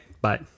bye